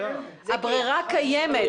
הברירה קיימת.